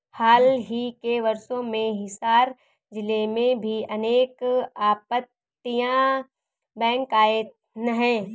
हाल ही के वर्षों में हिसार जिले में भी अनेक अपतटीय बैंक आए हैं